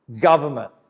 government